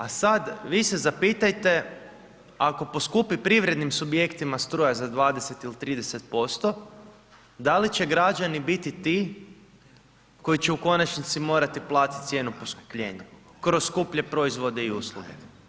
A sad vi se zapitajte ako poskupi privrednim subjektima struja za 20 ili 30% da i će građani biti ti koji će u konačnici morati platiti cijenu poskupljenja kroz skuplje proizvode i usluge.